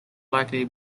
likely